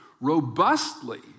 robustly